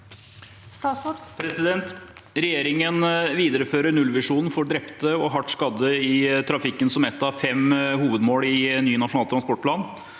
Regjeringen viderefører nullvisjonen for drepte og hardt skadde i trafikken som ett av fem hovedmål i ny nasjonal transportplan.